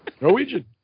Norwegian